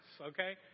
okay